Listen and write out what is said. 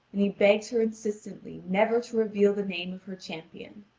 and he begs her insistently never to reveal the name of her champion.